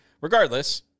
regardless